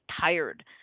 tired